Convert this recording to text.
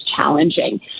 challenging